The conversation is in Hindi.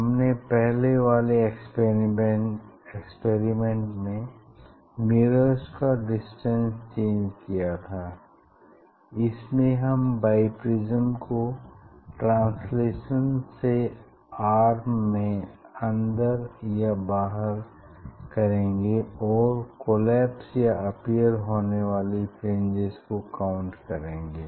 हमने पहले वाले एक्सपेरिमेंट में मिरर्स का डिस्टेंस चेंज किया था इसमें हम बाइप्रिज्म को ट्रांसलेशन से आर्म में अंदर या बाहर करेंगे और कोलैप्स या अपीयर होने वाली फ्रिंजेस को काउंट करेंगे